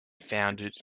founded